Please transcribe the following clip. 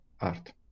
art